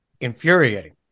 infuriating